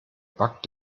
backt